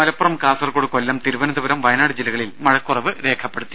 മലപ്പുറം കാസർകോട്കൊല്ലം തിരുവനന്തപുരം വയനാട് ജില്ലകളിൽ മഴക്കുറവ് രേഖപ്പെടുത്തി